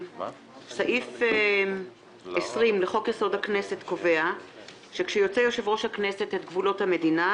סעיף 20 לחוק יסוד הכנסת קובע שכשיוצא יושב-ראש הכנסת את גבולות המדינה,